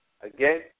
Again